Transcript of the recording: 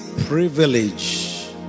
privilege